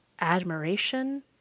admiration